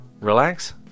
relax